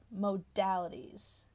modalities